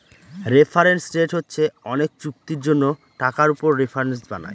reference rate হচ্ছে অনেক চুক্তির জন্য টাকার উপর রেফারেন্স বানায়